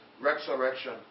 resurrection